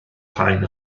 rhain